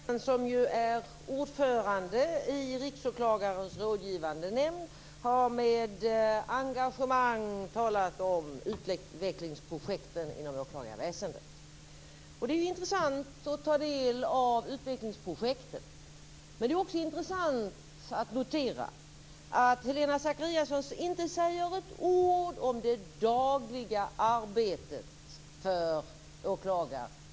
Fru talman! Helena Zakariasén, som är ordförande i Riksåklagarens rådgivande nämnd, har med engagemang talat om utvecklingsprojekten inom åklagarväsendet. Det är intressant att ta del av utvecklingsprojekten, men det är också intressant att notera att Helena Zakariasén inte säger ett ord om det dagliga arbetet för våra åklagare.